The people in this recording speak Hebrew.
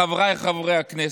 חבריי חברי הכנסת,